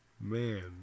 Man